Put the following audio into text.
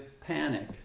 panic